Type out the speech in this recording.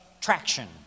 traction